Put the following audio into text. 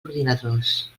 ordinadors